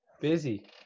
Busy